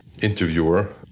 Interviewer